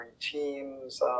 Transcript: teams